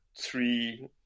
three